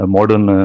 Modern